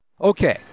Okay